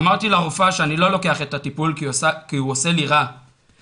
אמרתי לרופאה שאני לא לוקח את הטיפול כי הוא עושה לי רע ובתגובה